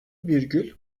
virgül